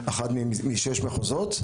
אחד מתוך שש מחוזות.